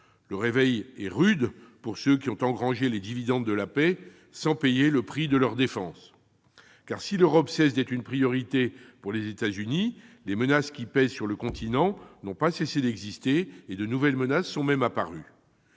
Le réveil est rude pour ceux qui ont engrangé les dividendes de la paix sans payer le prix de leur défense, car si l'Europe cesse d'être une priorité pour les États-Unis, les menaces qui pèsent sur le continent n'ont pas cessé d'exister, et de nouveaux dangers sont apparus.